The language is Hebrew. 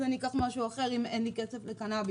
אז אני אקח משהו אחר אם אין לי כסף לקנביס.